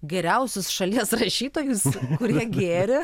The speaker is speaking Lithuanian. geriausius šalies rašytojus kurie gėrė